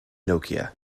nokia